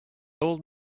old